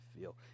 feel